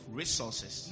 resources